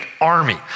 army